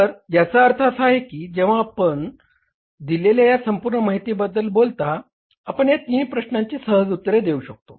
तर याचा अर्थ असा की जेव्हा आपण आपणास दिलेल्या या संपूर्ण माहितीबद्दल बोलता आपण या तीन प्रश्नांची सहज उत्तर देऊ शकतो